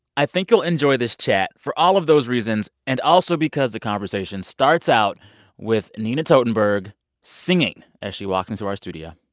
i think you'll enjoy this chat for all of those reasons, and also because the conversation starts out with nina totenberg singing as she walked into our studio.